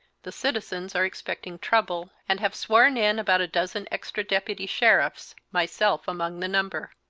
the citizens are expecting trouble and have sworn in about a dozen extra deputy sheriffs, myself among the number.